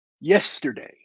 yesterday